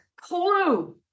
clue